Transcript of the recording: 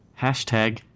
hashtag